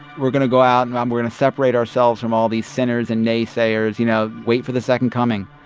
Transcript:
we're going to go out, and um we're going to separate ourselves from all these sinners and naysayers you know, wait for the second coming.